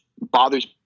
bothers